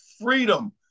freedom